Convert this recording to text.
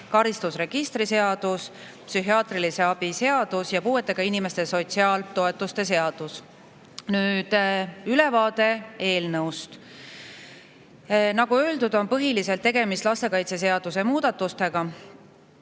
karistusregistri seadus, psühhiaatrilise abi seadus ja puuetega inimeste sotsiaaltoetuste seadus. Nüüd ülevaade eelnõust. Nagu öeldud, on põhiliselt tegemist lastekaitseseaduse muudatustega.